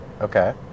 Okay